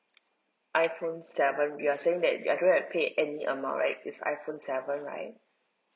iphone seven you're saying that I don't have to pay any amount right it's iphone seven right